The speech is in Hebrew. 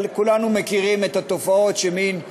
אבל כולנו מכירים את התופעות של מין מוכרים,